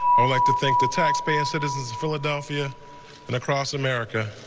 i would like to thank the tax paying citizens of philadelphia and across america.